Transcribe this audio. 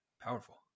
powerful